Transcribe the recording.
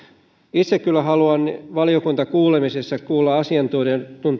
itse kyllä haluan valiokuntakuulemisessa kuulla asiantuntijoiden